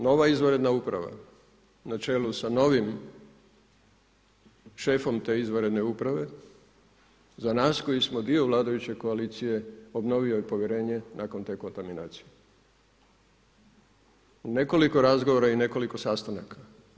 Nova izvanredna uprava na čelu sa novim šefom te izvanredne uprave, za nas koji smo dio vladajuće koalicije obnovio je povjerenje nakon te kontaminacije, u nekoliko razgovora i nekoliko sastanaka.